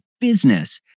business